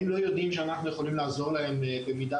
הם לא יודעים שאנחנו יכולים לעזור להם במידה